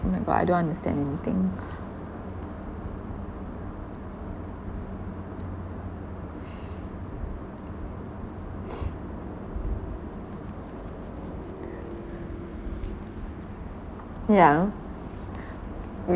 oh my god I don't understand anything yeah we